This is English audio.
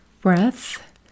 breath